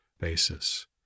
basis